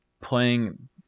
playing